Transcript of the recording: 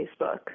Facebook